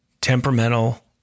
temperamental